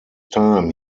time